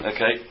Okay